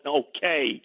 okay